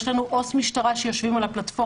יש לנו אות משטרה שיושבים על הפלטפורמה.